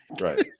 Right